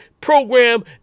program